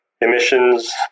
emissions